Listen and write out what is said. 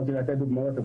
יכולתי לתת דוגמאות.